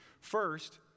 First